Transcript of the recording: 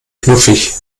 knuffig